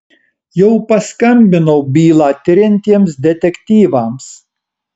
jau paskambinau bylą tiriantiems detektyvams